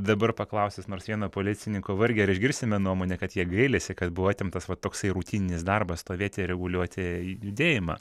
dabar paklausęs nors vieno policininko vargiai ar išgirsime nuomonę kad jie gailisi kad buvo atimtas va toksai rutininis darbas stovėti ir reguliuoti judėjimą